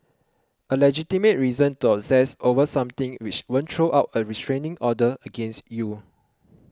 a legitimate reason to obsess over something which won't throw out a restraining order against you